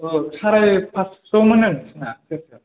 औ साराय फासस'मोन नो बिसिना सेरसेआव